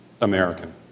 American